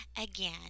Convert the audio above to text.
again